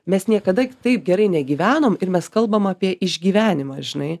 mes niekada taip gerai negyvenom ir mes kalbam apie išgyvenimą žinai